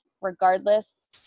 regardless